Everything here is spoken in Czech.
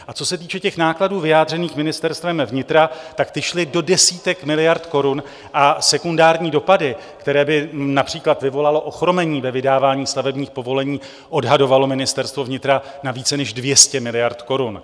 A co se týče nákladů vyjádřených Ministerstvem vnitra, ty šly do desítek miliard korun a sekundární dopady, které by například vyvolalo ochromení ve vydávání stavebních povolení, odhadovalo Ministerstvo vnitra na více než 200 miliard korun.